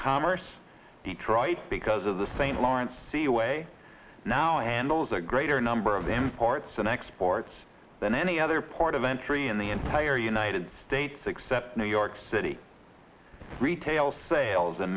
commerce detroit because of the st lawrence seaway now handles a greater number of imports and exports than any other port of entry in the entire united states except new york city retail sales